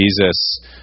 Jesus